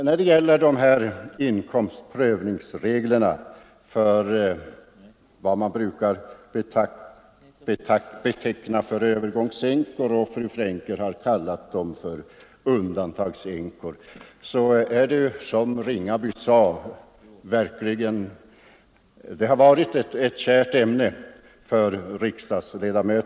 När det gäller reglerna för inkomstprövning för dem som man brukar beteckna som övergångsänkor — fru Frenkel har kallat dem för undantagsänkor — har det varit ett kärt ämne för riksdagens ledamöter. Det framhöll också herr Ringaby.